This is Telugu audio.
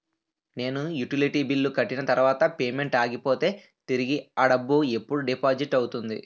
నేను యుటిలిటీ బిల్లు కట్టిన తర్వాత పేమెంట్ ఆగిపోతే తిరిగి అ డబ్బు ఎప్పుడు డిపాజిట్ అవుతుంది?